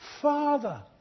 father